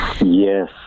Yes